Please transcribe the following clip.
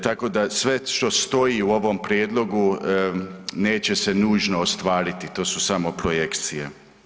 Tako da sve što stoji u ovom prijedlogu neće se nužno ostvariti, to su samo projekcije.